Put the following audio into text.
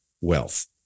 wealth